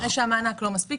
כנראה שהמענק לא מספיק.